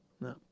No